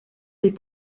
des